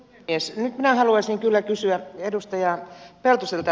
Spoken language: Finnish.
nyt minä haluaisin kyllä kysyä edustaja peltoselta